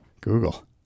Google